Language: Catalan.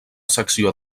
secció